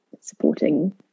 supporting